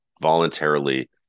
voluntarily